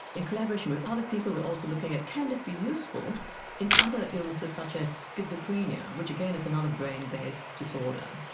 in collaboration with other people we are also looking at can this be useful in other illnesses such as schizophrenia, which again is another brain based disorder.